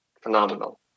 phenomenal